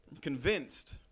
convinced